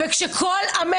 כמו שהוזכר,